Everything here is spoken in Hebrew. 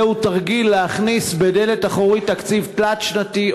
זהו תרגיל להכניס בדלת אחורית תקציב תלת-שנתי,